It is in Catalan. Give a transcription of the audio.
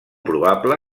probable